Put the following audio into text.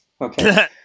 okay